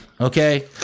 okay